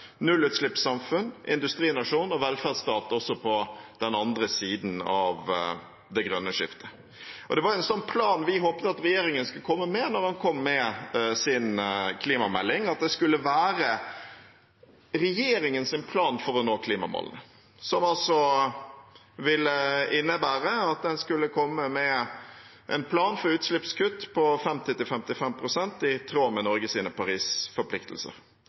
nullutslippssamfunn, industrinasjon og velferdsstat også på den andre siden av det grønne skiftet. Det var en sånn plan vi håpet at regjeringen skulle komme med da den kom med sin klimamelding, at det skulle være regjeringens plan for å nå klimamålene, som altså ville innebære at en skulle komme med en plan for utslippskutt på 50–55 pst., i tråd med